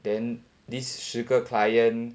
then this 十个 client